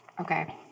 Okay